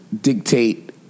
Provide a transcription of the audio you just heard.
Dictate